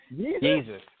Jesus